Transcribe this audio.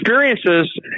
experiences